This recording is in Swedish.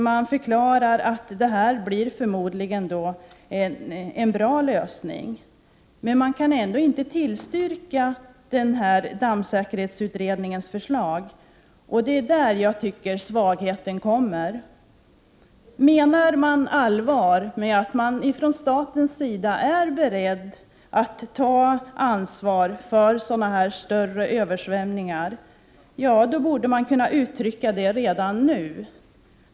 Man förklarar att detta troligen blir en bra lösning, men kan ändå inte tillstyrka dammsäkerhetsutredningens förslag. Det är där jag tycker svagheten kommer. Menar man allvar med att staten är beredd att ta ansvar för större översvämningar, då borde det kunna uttryckas redan nu.